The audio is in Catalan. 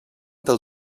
del